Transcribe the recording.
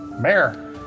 Mayor